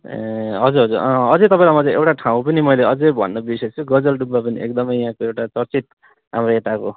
ए हजुर हजुर अँ अझै तपाईँलाई मैले एउटा ठाउँ पनि मैले अझै भन्न बिर्सिएछु गजलडुब्बा पनि एकदमै यहाँको एउटा चर्चित अब यताको